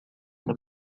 the